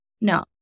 no